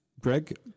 Greg